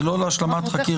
זה לא להשלמת חקירה.